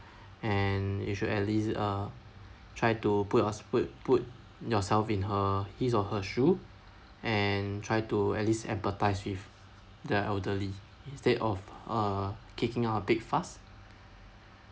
and you should at least uh try to put your foot put yourself in her his or her shoe and try to at least empathise with the elderly instead of err kicking up a big fuss